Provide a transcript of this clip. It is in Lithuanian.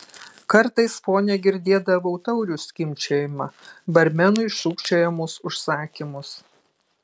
kartais fone girdėdavau taurių skimbčiojimą barmenui šūkčiojamus užsakymus